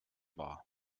war